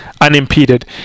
unimpeded